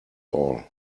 all